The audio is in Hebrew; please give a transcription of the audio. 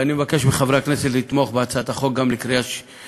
ואני מבקש מחברי הכנסת לתמוך בהצעת החוק גם עכשיו,